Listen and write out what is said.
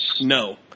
no